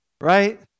right